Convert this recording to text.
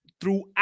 throughout